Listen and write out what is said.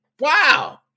Wow